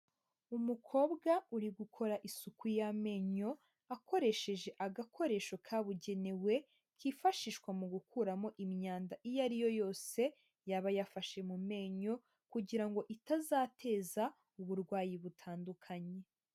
Umukobwa uri gukora isuku y'amenyo akoresheje agakoresho kabugenewe kifashishwa mu gukuramo imyanda iyo ariyo yose yaba yafashe mu menyo kugira ngo itazateza uburwayi butandukanye.